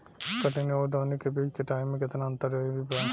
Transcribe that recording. कटनी आउर दऊनी के बीच के टाइम मे केतना अंतर जरूरी बा?